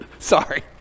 Sorry